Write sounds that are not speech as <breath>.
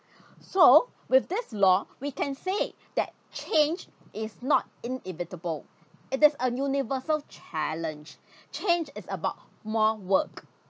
<breath> so with this law we can say that change is not inevitable it is a universal challenge <breath> change is about more work